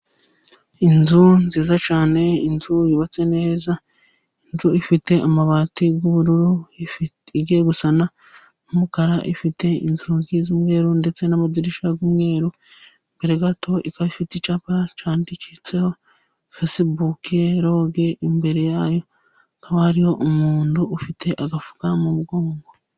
Inzu nziza cyane inzu yubatse neza inzu ifite amabati y'ubururu igiye gusa n'umukara, ifite inzugi z'umweru ndetse n'amadirishya y'umweru , imbere gato ikaba ifite icyapa cyanditseho fesibuke loge. Imbere yayo hakaba hariho umuntu ufite agafuka mu mugongo.